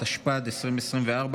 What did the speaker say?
התשפ"ד 2024,